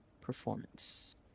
performance